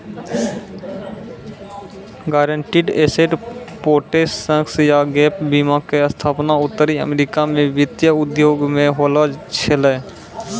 guaranteed asset protection या gap बीमा के स्थापना उत्तरी अमेरिका मे वित्तीय उद्योग मे होलो छलै